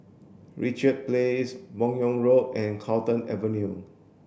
Richard Place Buyong Road and Carlton Avenue